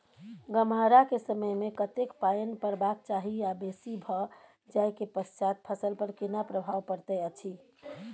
गम्हरा के समय मे कतेक पायन परबाक चाही आ बेसी भ जाय के पश्चात फसल पर केना प्रभाव परैत अछि?